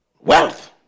Wealth